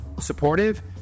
supportive